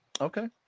Okay